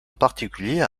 particulier